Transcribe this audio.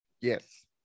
Yes